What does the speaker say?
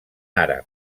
àrab